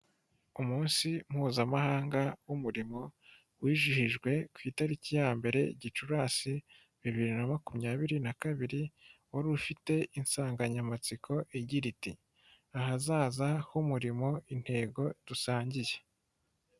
Umunsi mpuzamahanga w'umurimo wijihijwe ku itariki ya mbere gicurasi bibiri na makumyabiri na kabiri, wari ufite insanganyamatsiko igira iti ''ahazaza h'umurimo intego dusangiye''.